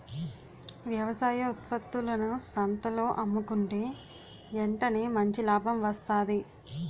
వ్యవసాయ ఉత్త్పత్తులను సంతల్లో అమ్ముకుంటే ఎంటనే మంచి లాభం వస్తాది